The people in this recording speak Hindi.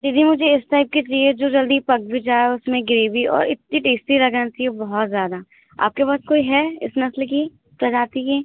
दीदी मुझे इस टाइप की चाहिए जो जल्दी पक भी जाए और उसमें ग्रेवी और इतनी टेस्टी लगना चाहिए बहुत ज़्यादा आपके पास कोई है इस मछली की प्रजाति की